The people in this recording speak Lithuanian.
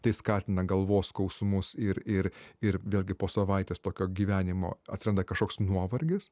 tai skatina galvos skausmus ir ir ir vėlgi po savaitės tokio gyvenimo atsiranda kažkoks nuovargis